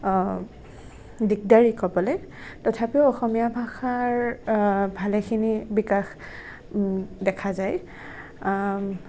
দিগদাৰি ক'বলৈ তথাপিও অসমীয়া ভাষাৰ ভালেখিনি বিকাশ দেখা যায়